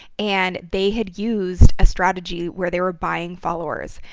and they had used a strategy where they were buying followers.